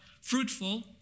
Fruitful